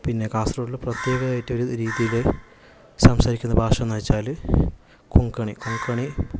പിന്നെ കാസര്ഗോഡിലെ പ്രത്യേകത ആയിട്ട് ഒരു രീതിയിൽ സംസാരിക്കുന്ന ഭാഷ എന്നു വെച്ചാൽ കൊങ്കണി കൊങ്കണി